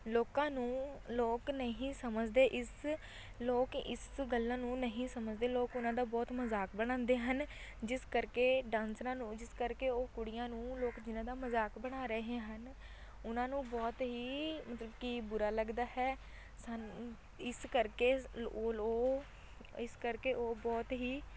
ਲੋਕਾਂ ਨੂੰ ਲੋਕ ਨਹੀਂ ਸਮਝਦੇ ਇਸ ਲੋਕ ਇਸ ਗੱਲਾਂ ਨੂੰ ਨਹੀਂ ਸਮਝਦੇ ਲੋਕ ਉਹਨਾਂ ਦਾ ਬਹੁਤ ਮਜ਼ਾਕ ਬਣਾਉਂਦੇ ਹਨ ਜਿਸ ਕਰਕੇ ਡਾਂਸਰਾਂ ਨੂੰ ਜਿਸ ਕਰਕੇ ਉਹ ਕੁੜੀਆਂ ਨੂੰ ਲੋਕ ਜਿਹਨਾਂ ਦਾ ਮਜ਼ਾਕ ਬਣਾ ਰਹੇ ਹਨ ਉਹਨਾਂ ਨੂੰ ਬਹੁਤ ਹੀ ਮਤਲਬ ਕਿ ਬੁਰਾ ਲੱਗਦਾ ਹੈ ਸਾਨੂੰ ਇਸ ਕਰਕੇ ਉਹ ਲੋਕ ਇਸ ਕਰਕੇ ਉਹ ਬਹੁਤ ਹੀ